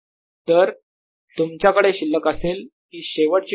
तर तुमच्याकडे शिल्लक असेल ही शेवटची टर्म